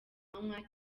manywa